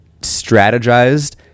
strategized